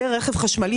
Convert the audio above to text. כלי רכב חשמליים,